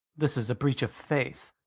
this is a breach of faith.